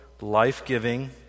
life-giving